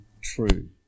true